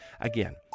Again